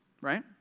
right